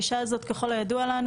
האישה הזאת ככל הידוע לנו,